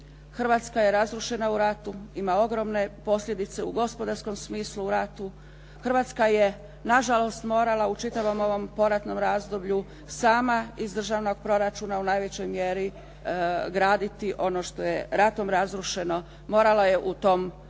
Hrvatska je razrušena u ratu, ima ogromne posljedice u gospodarskom smislu u ratu. Hrvatska je nažalost morala u čitavom ovom poratnom razdoblju sama iz državnog proračuna u najvećoj mjeri graditi ono što je ratom razrušeno, morala je u tom periodu